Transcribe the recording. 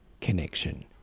connection